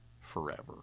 forever